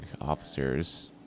officers